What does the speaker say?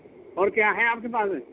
اور کیا ہے آپ کے پاس